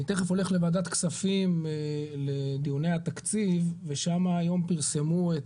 אני תיכף הולך לוועדת הכספים לדיוני התקציב ושם היום פרסמו,